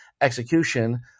execution